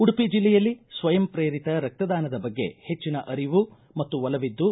ಉಡುಪಿ ಜಿಲ್ಲೆಯಲ್ಲಿ ಸ್ವಯಂ ಪ್ರೇರಿತ ರಕ್ತದಾನದ ಬಗ್ಗೆ ಹೆಚ್ಚಿನ ಅರಿವು ಮತ್ತು ಒಲವಿದ್ದು